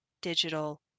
digital